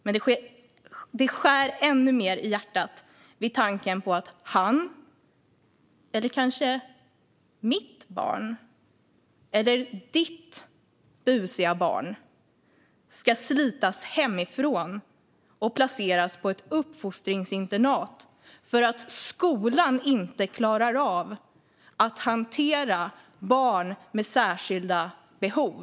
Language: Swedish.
Men det skär ännu mer i hjärtat vid tanken på att han eller kanske mitt barn, eller kanske ditt busiga barn, ska slitas hemifrån och placeras på ett uppfostringsinternat för att skolan inte klarar av att hantera barn med särskilda behov.